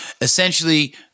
Essentially